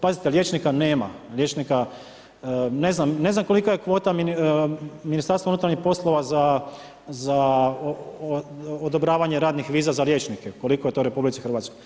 Pazite, liječnika nema, liječnika, ne znam kolika je kvota MUP-a za odobravanje radnih viza za liječnike, koliko je to u RH.